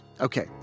Okay